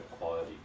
quality